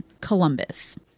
Columbus